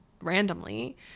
randomly